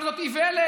אבל זאת איוולת.